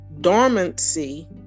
dormancy